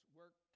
work